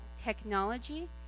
technology